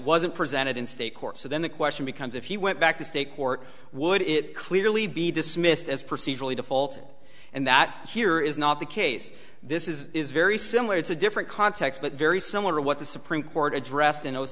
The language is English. wasn't presented in state court so then the question becomes if he went back to state court would it clearly be dismissed as procedurally default and that here is not the case this is very similar it's a different context but very similar to what the supreme court addressed